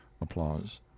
Applause